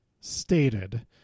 stated